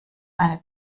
eine